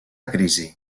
crisi